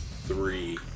three